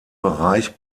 bereich